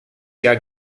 jahr